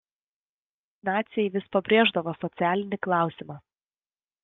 naciai vis pabrėždavo socialinį klausimą